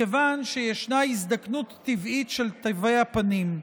מכיוון שישנה הזדקנות של תווי הפנים,